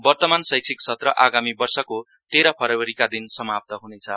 वतर्मान शैक्षिक सत्र आगामि वर्षको तेर फरवरीका दिन समाप्त हनेछ